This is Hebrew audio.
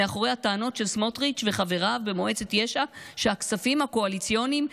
מאחורי הטענות של סמוטריץ' וחבריו במועצת יש"ע שהכספים הקואליציוניים,